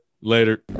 Later